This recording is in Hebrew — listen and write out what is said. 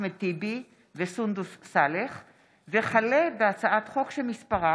עודד פורר וקבוצת חברי הכנסת.